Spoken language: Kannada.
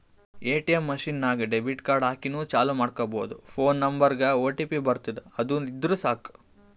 ಎ.ಟಿ.ಎಮ್ ಮಷಿನ್ ನಾಗ್ ಡೆಬಿಟ್ ಕಾರ್ಡ್ ಹಾಕಿನೂ ಚಾಲೂ ಮಾಡ್ಕೊಬೋದು ಫೋನ್ ನಂಬರ್ಗ್ ಒಟಿಪಿ ಬರ್ತುದ್ ಅದು ಇದ್ದುರ್ ಸಾಕು